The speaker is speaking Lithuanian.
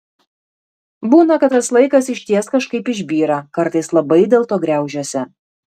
būna kad tas laikas išties kažkaip išbyra kartais labai dėlto graužiuosi